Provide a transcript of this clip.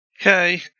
Okay